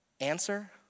Answer